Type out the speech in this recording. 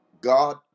God